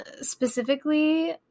specifically